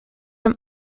from